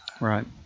Right